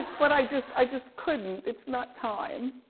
but i just i just couldn't, it's not time.